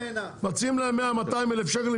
מציעים 100 או 200 אלף שקל,